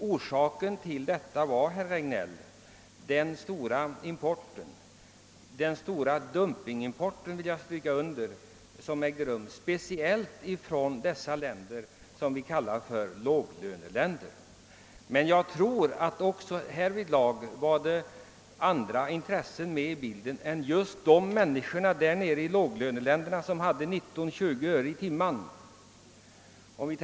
Orsaken härtill är i huvudsak, herr Regnéll, den stora dumpingimport som ägde rum speciellt från de länder som vi kallar låglöneländer. Jag tror emellertid att det även är andra intressen som kommer med i bilden, än hänsynen till människorna där nere i låglöneländerna som har 19—20 öre i timmen.